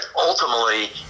ultimately